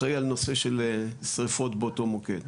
אחראי על נושא של שריפות באותו מוקד.